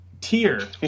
tier